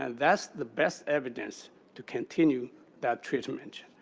and that's the best evidence to continue that treatment.